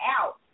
out